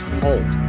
home